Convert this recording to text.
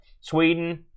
Sweden